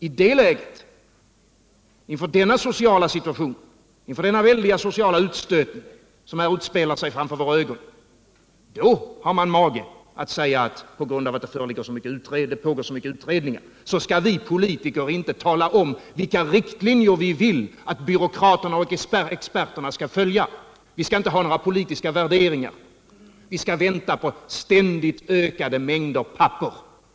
I det läget - inför denna väldiga sociala utstötning, som utspelar sig framför våra ögon — har man mage att säga: På grund av att så mycket utredningsarbete pågår skall vi politiker inte tala om vilka riktlinjer vi vill att byråkraterna och experterna skall följa. Vi skall tydligen inte ha någon politisk värdering. Vi skall vänta på en ständigt ökande mängd papper.